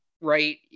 right